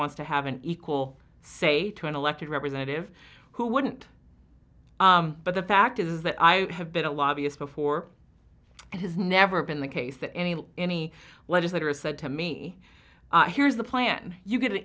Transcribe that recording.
wants to have an equal say to an elected representative who wouldn't but the fact is that i have been a lobbyist before and has never been the case that any any legislator said to me here's the plan you get an